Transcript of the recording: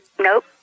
Nope